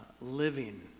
living